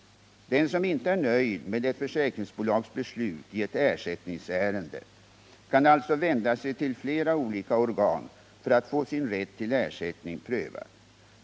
Den som inte är nöjd med ett försäkringsbolags beslut i ett ersättningsärende kan alltså vända sig till flera olika organ för att få sin rätt till ersättning prövad.